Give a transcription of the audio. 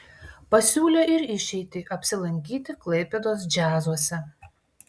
pasiūlė ir išeitį apsilankyti klaipėdos džiazuose